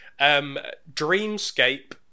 Dreamscape